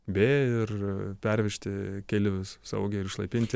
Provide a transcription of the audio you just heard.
b ir pervežti keleivius saugiai ir išlaipinti